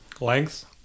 Length